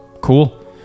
Cool